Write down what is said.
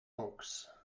folks